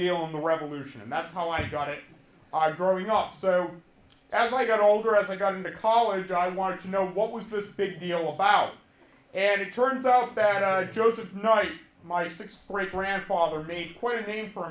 deal in the revolution and that's how i got it i growing up so as i got older as i got into college i wanted to know what was this big deal out and it turns out that joseph not my six great grandfather made quite a name for